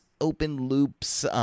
open-loops